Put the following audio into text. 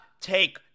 take